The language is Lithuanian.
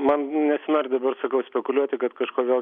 man nesinori dabar sakau spekuliuoti kad kažko vėl